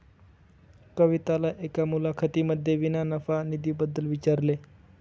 कविताला एका मुलाखतीमध्ये विना नफा निधी बद्दल विचारले